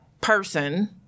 person